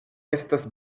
estas